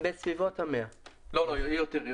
בסביבות 100. יותר.